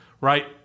right